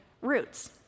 roots